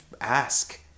ask